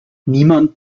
niemand